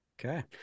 Okay